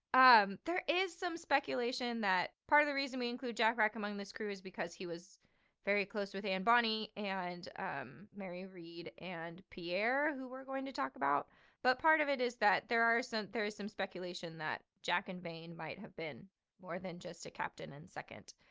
um there is some speculation that part of the reason we include jack rackham um in this crew is because he was very close with anne bonny and um mary read and pierre who we're going to talk about but part of it is that there are some, there is some speculation that jack and vane might have been more than just a captain and second.